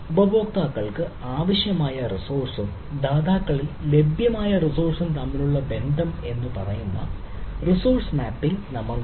ഉപയോക്താക്കൾക്ക് ആവശ്യമായ റിസോഴ്സും ദാതാക്കളിൽ ലഭ്യമായ റിസോഴ്സും തമ്മിലുള്ള ബന്ധം എന്ന് പറയുന്ന റിസോഴ്സ് മാപ്പിംഗ് നമ്മൾക്ക് ഉണ്ട്